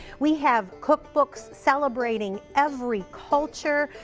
we have cookbooks celebrating every culture.